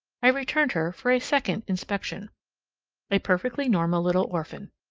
i returned her for a second inspection a perfectly normal little orphan.